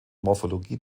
morphologie